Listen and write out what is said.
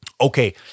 Okay